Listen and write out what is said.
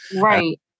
Right